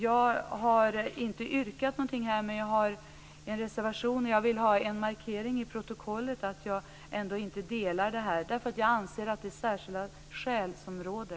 Jag har inte yrkat någonting här, men jag har en reservation och vill ha en markering i protokollet att jag inte delar utskottets mening. Jag anser att det är särskilda skäl som råder.